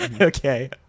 Okay